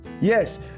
Yes